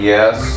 Yes